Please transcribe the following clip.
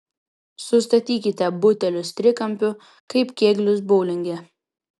sustatykite butelius trikampiu kaip kėglius boulinge